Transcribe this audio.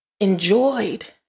Enjoyed